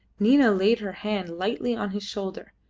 nina laid her hand lightly on his shoulder,